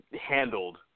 handled